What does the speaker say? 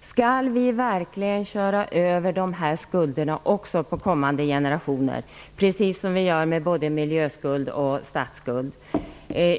Skall vi verkligen köra över de här skulderna också till kommande generationer, precis som vi gör med både miljöskuld och statsskuld?